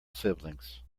siblings